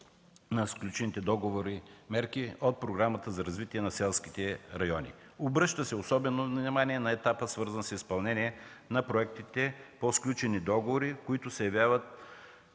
на сключените договори и мерки от Програмата за развитие на селските райони. Обръща се особено внимание на етапа, свързан с изпълнение на проектите по сключени договори, които се явяват